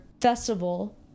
festival